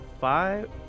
five